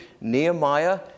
Nehemiah